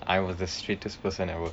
I was the straightest person ever